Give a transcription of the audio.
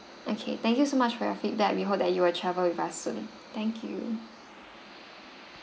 okay thank you so much for your feedback we hope that you will travel with us soon thank you